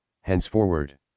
Henceforward